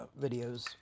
videos